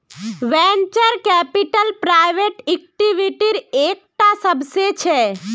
venture capital private इक्विटीर एक टा सबसेट छे